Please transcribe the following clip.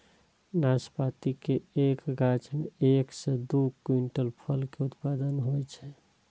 नाशपाती के एक गाछ मे एक सं दू क्विंटल फल के उत्पादन होइ छै